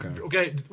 Okay